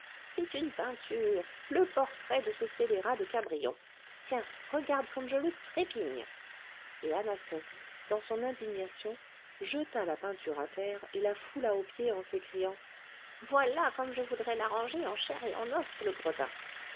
c'est une peinture le portrait de ce scélérat de cabrion tiens regarde comme je le trépigne et anastasie dans son indignation jeta la peinture à terre et la foula aux pieds en s'écriant voilà comme je voudrais l'arranger en chair et en os le gredin